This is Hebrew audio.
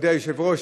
מכובדי היושב-ראש,